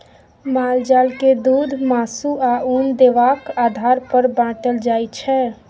माल जाल के दुध, मासु, आ उन देबाक आधार पर बाँटल जाइ छै